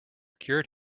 cured